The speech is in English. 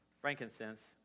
frankincense